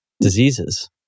diseases